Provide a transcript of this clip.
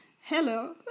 Hello